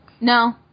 No